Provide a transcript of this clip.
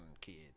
kids